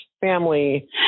family